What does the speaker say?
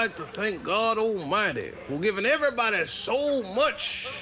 ah to thank god almighty for giving everybody so much.